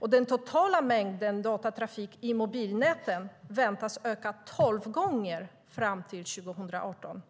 Den totala mängden datatrafik i mobilnäten väntas öka 12 gånger fram till 2018.